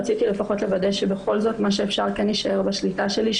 רציתי לפחות לוודא שבכל זאת מה שאפשר כן יישאר בשליטה שלי,